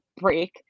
break